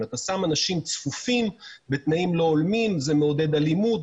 אם אתה שם אנשים צפופים בתנאים לא הולמים זה מעודד אלימות,